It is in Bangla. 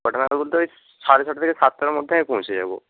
কটা নাগাদ বলতে ওই সাড়ে ছটা থেকে সাতটার মধ্যে আমি পৌঁছে যাব